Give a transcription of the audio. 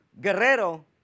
Guerrero